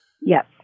Yes